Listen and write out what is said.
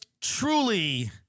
truly